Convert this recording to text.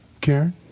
Karen